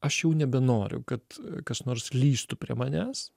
aš jau nebenoriu kad kas nors lįstų prie manęs